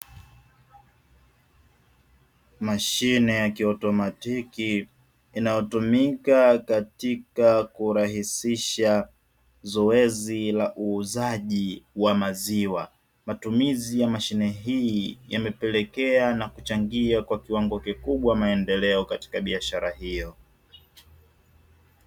Mashine ya kiautomatiki inayotumika katika kurahisisha zoezi la uuzaji wa maziwa, matumizi ya mashine hii yamepelekea na kuchangia kwa Kiwango kikubwa maendeleo katika biashara hiyo.